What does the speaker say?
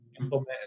implement